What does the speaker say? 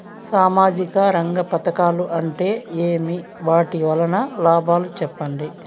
సామాజిక రంగం పథకాలు అంటే ఏమి? వాటి వలన లాభాలు సెప్పండి?